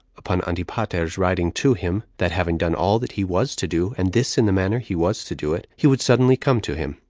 upon antipater's writing to him, that having done all that he was to do, and this in the manner he was to do it, he would suddenly come to him,